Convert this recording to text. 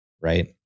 right